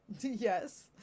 yes